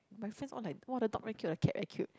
my friends all like !wah! the dog very cute the cat very cute